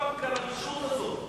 הגושפנקה לרשעות הזאת.